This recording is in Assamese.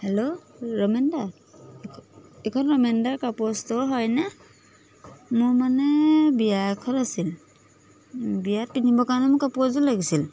হেল্ল' ৰমেন দা এইখন ৰমেন দাৰ কাপোৰৰ ষ্ট'ৰ হয়নে মোৰ মানে বিয়া এখন আছিল বিয়াত পিন্ধিবৰ কাৰণে মোৰ কাপোৰ এযোৰ লাগিছিল